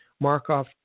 Markov